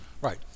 Right